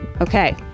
Okay